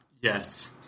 Yes